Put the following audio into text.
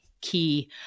key